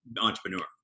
entrepreneur